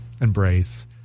embrace